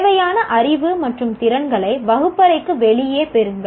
தேவையான அறிவு மற்றும் திறன்களை வகுப்பறைக்கு வெளியே பெறுங்கள்